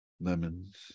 lemons